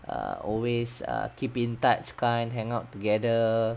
err always err keep in touch kind hang out together